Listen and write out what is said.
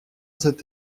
cette